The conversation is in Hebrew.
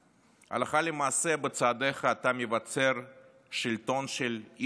הלכה למעשה, בצעדיך אתה מבצר שלטון של איש אחד,